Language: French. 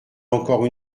encore